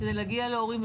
וכדי להגיע להורים.